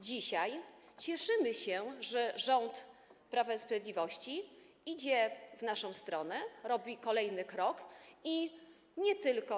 Dzisiaj cieszymy się, że rząd Prawa i Sprawiedliwości idzie w naszą stronę, robi kolejny krok i nie tylko.